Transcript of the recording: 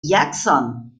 jackson